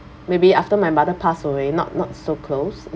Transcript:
maybe after my mother passed away not not so close